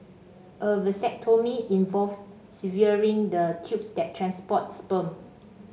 a vasectomy involves severing the tubes that transport sperm